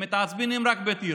הם מתעצבנים רק בטירה?